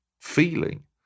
feeling